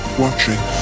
watching